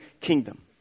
kingdom